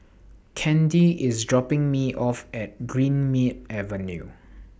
Candi IS dropping Me off At Greenmead Avenue